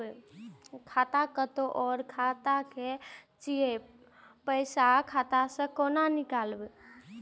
खाता कतौ और शाखा के छै पाय ऐ शाखा से कोना नीकालबै?